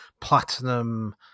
Platinum